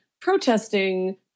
protesting